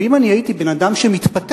ואם אני הייתי בן-אדם שמתפתה,